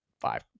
five